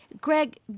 Greg